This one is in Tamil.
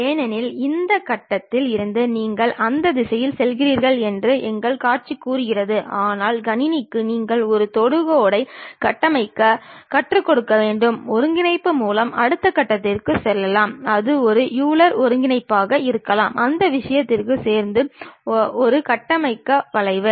ஏனென்றால் இந்த கட்டத்தில் இருந்து நீங்கள் அந்த திசையில் செல்கிறீர்கள் என்று எங்கள் காட்சி கூறுகிறது ஆனால் கணினிக்கு நீங்கள் ஒரு தொடுகோடு கட்டமைக்கக் கற்றுக் கொடுக்க வேண்டும் ஒருங்கிணைப்பு மூலம் அடுத்த கட்டத்திற்குச் செல்லலாம் அது ஒரு யூலர் ஒருங்கிணைப்பாக இருக்கலாம் அந்த விஷயங்களில் சேர்ந்து ஒரு கட்டமைக்க வளைவு